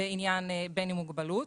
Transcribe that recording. בעניין בן עם מוגבלות.